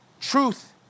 Truth